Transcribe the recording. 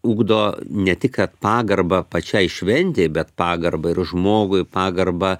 ugdo ne tik kad pagarbą pačiai šventei bet pagarbą ir žmogui pagarbą